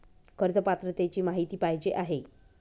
कर्ज पात्रतेची माहिती पाहिजे आहे?